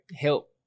help